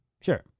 Sure